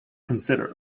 considered